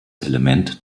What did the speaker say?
element